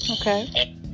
Okay